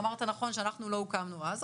אמרת נכון שאנחנו לא הוקמנו אז,